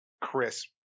Chris